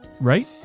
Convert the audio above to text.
right